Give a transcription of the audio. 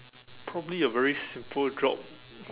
probably a very simple job